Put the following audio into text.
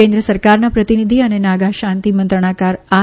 કેન્દ્ર સરકારના પ્રતિનિધિ અને નાગા શાંતી મંત્રણાકાર આર